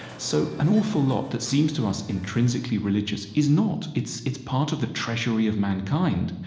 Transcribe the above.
so an awful lot that seems to us intrinsically religious is not it's it's part of the treasury of mankind.